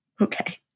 Okay